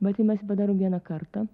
bet jei mes padarom vieną kartą